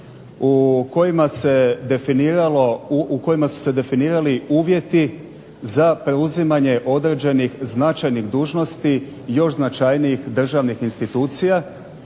u kojima su se definirali uvjeti za preuzimanje određenih značajnih dužnosti još značajnijih državnih institucija,